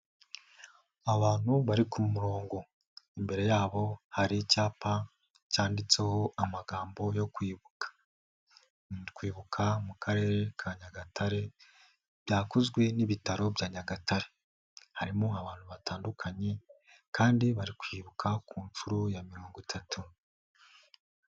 Abantu bari ku murongo, imbere yabo hari icyapa cyanditseho amagambo yo kwibuka, kwibuka mu karere ka Nyagatare byakozwe n'ibitaro bya Nyagatare, harimo abantu batandukanye kandi barikwibuka ku nshuro ya mirongo itatu.